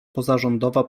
pozarządowa